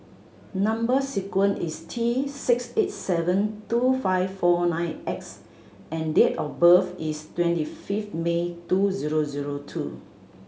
number sequence is T six eight seven two five four nine X and date of birth is twenty fifth May two zero zero two